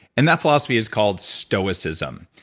and that philosophy is called stoicism.